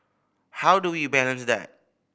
how do we balance that